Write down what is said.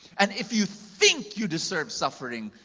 and if you think you deserve suffering,